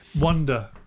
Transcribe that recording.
wonder